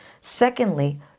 Secondly